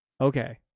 Okay